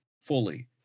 fully